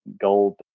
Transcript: gold